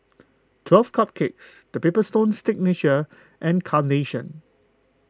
twelve Cupcakes the Paper Stone Signature and Carnation